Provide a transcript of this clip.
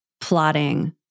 plotting